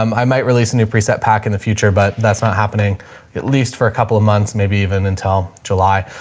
um i might release a new preset pack in the future, but that's not happening at least for a couple of months, maybe even until july.